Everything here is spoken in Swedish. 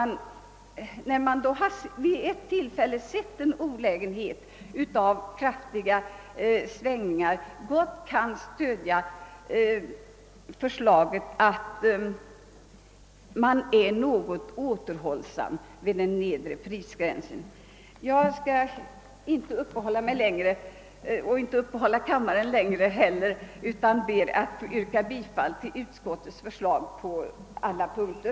När man vid ett tillfälle har sett en olägenhet av kraftiga svängningar kan man gott stödja förslaget att vara något återhållsam beträffande den nedre prisgränsen. Herr talman! Jag skall inte uppehålla kammaren längre utan ber att få yrka bifall till utskottets förslag på alla punkter;